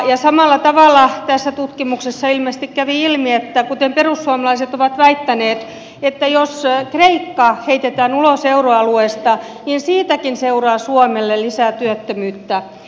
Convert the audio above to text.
ja samalla tavalla tässä tutkimuksessa ilmeisesti kävi ilmi kuten perussuomalaiset ovat väittäneet että jos kreikka heitetään ulos euroalueesta niin siitäkin seuraa suomelle lisää työttömyyttä